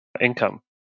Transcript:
income